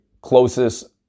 closest